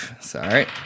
Sorry